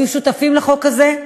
והיו שותפים לחוק הזה,